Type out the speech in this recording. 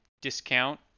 discount